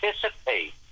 participate